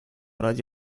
ради